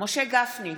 משה גפני,